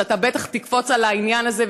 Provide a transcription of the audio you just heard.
שאתה בטח תקפוץ על העניין הזה,